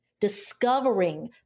discovering